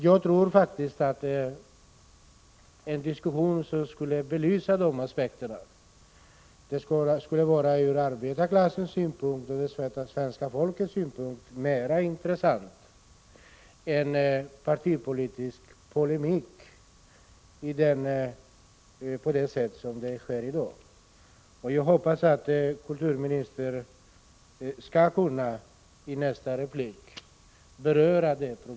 Jag tror faktiskt att en diskussion som belyser dessa aspekter skulle ur arbetarklassens och det svenska folkets synpunkt vara mer intressant än partipolitisk polemik av det slag som förekommer i dag. Jag hoppas att kulturministern i sitt nästa inlägg skall kunna beröra detta problem.